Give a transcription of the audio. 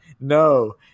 No